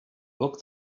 book